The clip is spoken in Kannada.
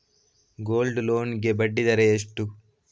ಗೋಲ್ಡ್ ಲೋನ್ ಗೆ ಬಡ್ಡಿ ದರ ಎಷ್ಟು?